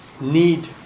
need